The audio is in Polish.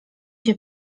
się